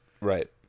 Right